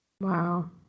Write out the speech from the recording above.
Wow